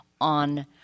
on